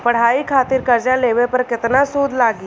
पढ़ाई खातिर कर्जा लेवे पर केतना सूद लागी?